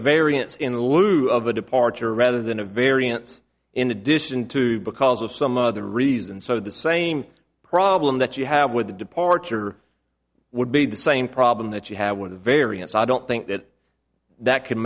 variance in lieu of a departure rather than a variance in addition to because of some other reason so the same problem that you have with the departure would be the same problem that you have with the variance i don't think that that can